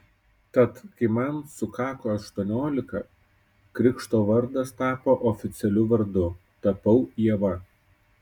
tad kai man sukako aštuoniolika krikšto vardas tapo oficialiu vardu tapau ieva